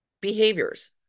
behaviors